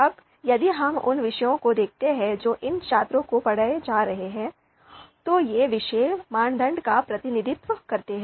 अब यदि हम उन विषयों को देखते हैं जो इन छात्रों को पढ़ाए जा रहे हैं तो ये विषय मानदंड का प्रतिनिधित्व करते हैं